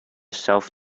self